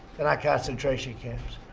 and concentration camps.